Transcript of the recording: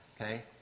okay